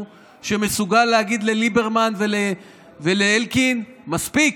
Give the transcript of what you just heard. שמסוגל להגיד לליברמן ולאלקין: מספיק.